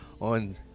on